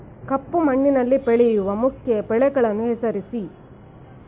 ಕಪ್ಪು ಮಣ್ಣಿನಲ್ಲಿ ಬೆಳೆಯುವ ಮುಖ್ಯ ಬೆಳೆಗಳನ್ನು ಹೆಸರಿಸಿ